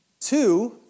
Two